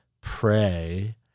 pray